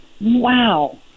Wow